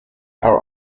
are